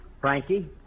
Frankie